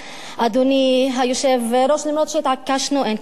אדוני היושב-ראש, אף שהתעקשנו, אין כיבוש.